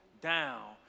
down